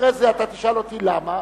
אחרי זה אתה תשאל אותי למה,